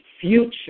future